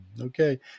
Okay